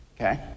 Okay